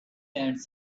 tents